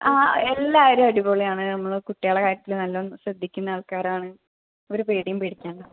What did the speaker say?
ആ എല്ലാവരും അടിപൊളിയാണ് നമ്മൾ കുട്ടികളെ കാര്യത്തിൽ നല്ലോണം ശ്രദ്ധിക്കുന്ന ആൾക്കാരാണ് ഒരു പേടിയും പേടിക്കാനില്ല